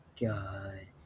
god